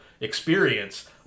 experience